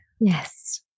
Yes